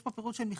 הסבר 22 דמי